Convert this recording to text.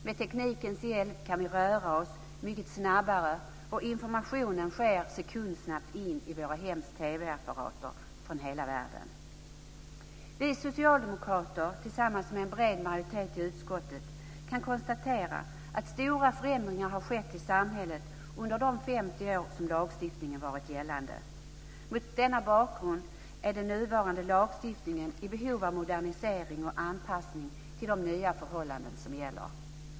Med teknikens hjälp kan vi röra oss mycket snabbare och information från hela världen kommer sekundsnabbt in i våra hems Vi socialdemokrater, tillsammans med en bred majoritet i utskottet, kan konstatera att stora förändringar har skett i samhället under de 50 år som lagstiftningen varit gällande. Mot denna bakgrund är den nuvarande lagstiftningen i behov av modernisering och anpassning till de nya förhållanden som gäller.